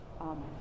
Amen